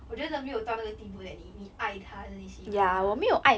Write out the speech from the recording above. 我觉得没有到那个地步 that 你你爱他 then 你喜欢他